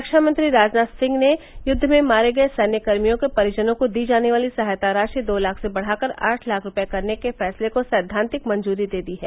रक्षामंत्री राजनाथ सिंह ने युद्व में मारे गए सैन्यकर्मियों के परिजनों को दी जाने वाली सहायता राशि दो लाख से बढ़ाकर आठ लाख रूपये करने के फैसले को सैद्वांतिक मंजूरी दे दी है